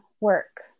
work